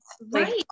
right